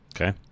Okay